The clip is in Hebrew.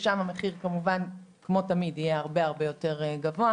כמובן לא הישיבה האחרונה,